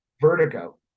vertigo